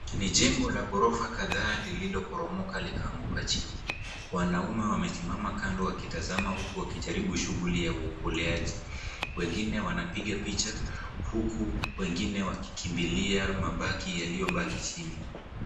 Ni jengo la ghorofa kadhaa lililoporomoka likaanguka chini. Wanaume wamesimama kando wakitazama huku wakijaribu shughuli ya uokoleaji. Wengine wanapiga picha huku wengine wakikimbilia mabaki yaliobaki chini.